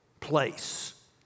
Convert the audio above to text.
place